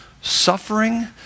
suffering